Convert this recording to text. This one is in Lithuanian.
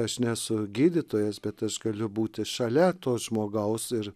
aš nesu gydytojas bet aš galiu būti šalia to žmogaus ir